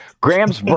Grams